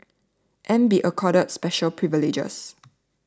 and be accorded special privileges